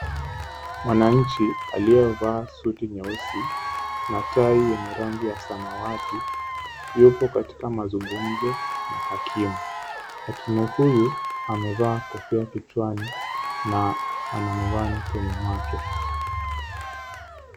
Mwananchi aliyevaa suti nyeusi na tai yenye rangi ya samawati yupo katika mazungumzo na hakimu. Hakimu huyu amevaa kofia ya kichwani na ana miwani kwenye macho.